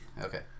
okay